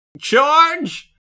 charge